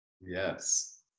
Yes